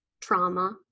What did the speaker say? trauma